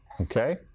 Okay